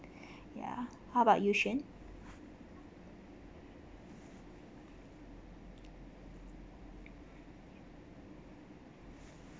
ya how about you shien